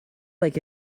like